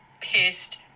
pissed